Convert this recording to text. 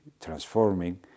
transforming